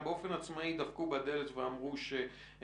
אבל אם יש עוד נתונים שהוועדה מבקשת הם